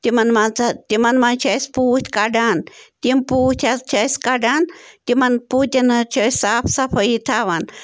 تِمَن منٛزٕ تِمَن منٛز چھِ أسۍ پوٗتۍ کَڑان تِم پوٗتۍ حظ چھِ أسۍ کَڑان تِمَن پوٗتٮ۪ن حظ چھِ أسۍ صاف صفٲیی تھاوان